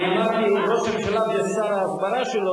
אני אמרתי: ראש הממשלה ושר ההסברה שלו,